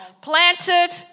planted